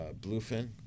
bluefin